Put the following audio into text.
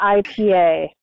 IPA